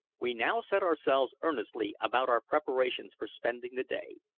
we now set ourselves earnestly about our preparations for spending the day.